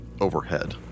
overhead